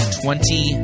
twenty